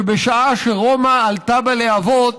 שבשעה שרומא עלתה בלהבות,